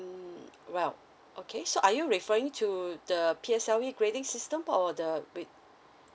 mm well okay so are you referring to the P_S_L_E grading system or the bit